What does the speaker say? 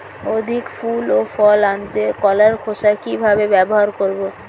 অধিক ফুল ও ফল আনতে কলার খোসা কিভাবে ব্যবহার করব?